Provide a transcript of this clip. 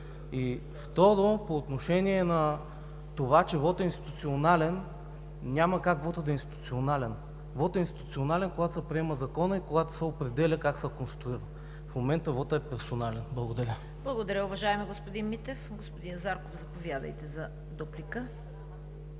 Второ, по отношение на това, че вотът е институционален. Няма как вотът да е институционален – той е институционален, когато се приема Законът и когато се определя как се конструира. В момента вотът е персонален. Благодаря. ПРЕДСЕДАТЕЛ ЦВЕТА КАРАЯНЧЕВА: Благодаря, уважаеми господин Митев. Господин Зарков, заповядайте за дуплика.